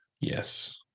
yes